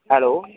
hello